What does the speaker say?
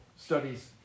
studies